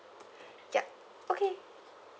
ya okay